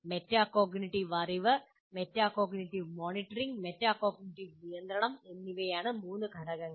metacognitive അറിവ് metacognitive monitoring metacognitive നിയന്ത്രണം എന്നിവയാണ് മൂന്ന് ഘടകങ്ങൾ